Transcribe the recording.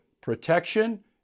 protection